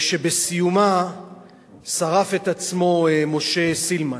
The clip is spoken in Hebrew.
ושבסיומה שרף את עצמו משה סילמן.